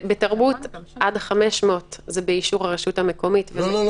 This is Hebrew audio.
בתרבות עד 500 זה באישור הרשות המקומית --- לא,